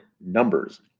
numbers